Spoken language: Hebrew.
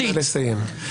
תשלחו לנו את החומר.